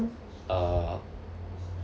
err